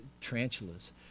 tarantulas